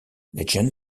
legend